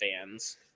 fans